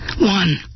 one